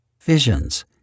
visions